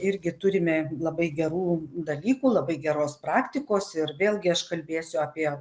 irgi turime labai gerų dalykų labai geros praktikos ir vėlgi aš kalbėsiu apie